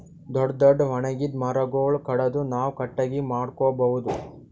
ದೊಡ್ಡ್ ದೊಡ್ಡ್ ಒಣಗಿದ್ ಮರಗೊಳ್ ಕಡದು ನಾವ್ ಕಟ್ಟಗಿ ಮಾಡ್ಕೊಬಹುದ್